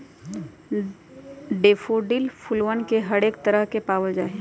daffodil फूलवन के हरेक तरह के पावल जाहई